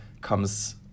comes